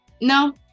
No